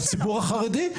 הציבור החרדי.